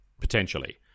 potentially